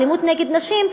אלימות נגד נשים,